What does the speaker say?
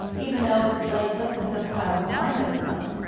even though it's lifeless and doesn't have a mind of its own,